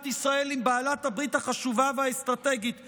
ישראל עם בעלת הברית החשובה והאסטרטגית שלנו,